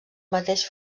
mateix